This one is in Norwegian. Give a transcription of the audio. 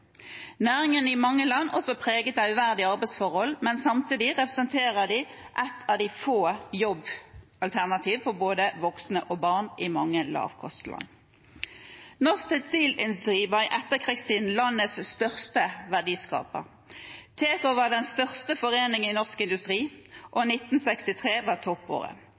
Næringen er i mange land også preget av uverdige arbeidsforhold, men samtidig representerer de ett av få jobbalternativer for både voksne og barn i mange lavkostland. Norsk tekstilindustri var i etterkrigstiden landets største verdiskaper. Teko var den største foreningen i Norsk Industri, og 1963 var